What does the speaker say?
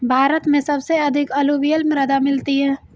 भारत में सबसे अधिक अलूवियल मृदा मिलती है